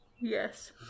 Yes